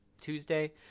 tuesday